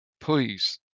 Please